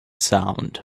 sound